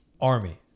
Army